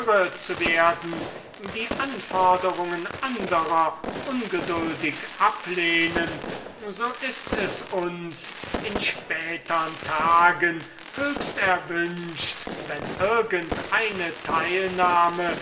zu werden die anforderungen anderer ungeduldig ablehnen so ist es uns in spätern tagen höchst erwünscht wenn irgend eine teilnahme